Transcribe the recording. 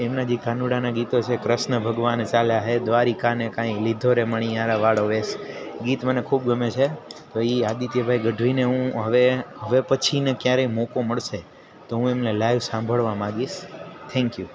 એમના જે કાનુડાના ગીતો છે કૃષ્ણ ભગવાન ચાલ્યા હે દ્વારિકા ને કાંઈ લીધો રે મણિયારાવાળો વેશ ગીત મને ખૂબ ગમે છે એ આદિત્યભાઈ ગઢવીને હું હવે હવે પછીને ક્યારે મોકો મળશે તો હું એમને લાઈવ સાંભળવા માંગીશ થેન્ક યુ